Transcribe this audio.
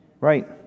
Right